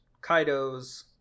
Kaidos